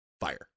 fire